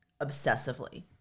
obsessively